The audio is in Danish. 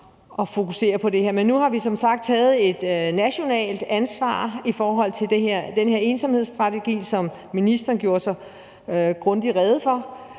at fokusere på det her. Men nu har vi som sagt taget et nationalt ansvar i forhold til den her ensomhedsstrategi, som ministeren gjorde så grundigt rede for,